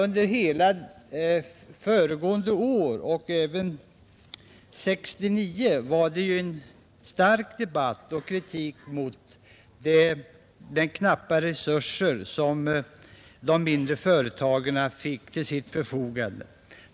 Under hela föregående år och även under 1969 fördes en stor debatt om och riktades en stark kritik emot de knappa resurser som de mindre företagen fick till sitt förfogande.